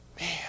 Man